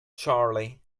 charley